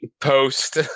post